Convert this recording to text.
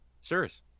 serious